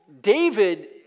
David